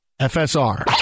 FSR